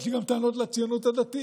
יש לי גם טענות לציונות הדתית,